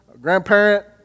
grandparent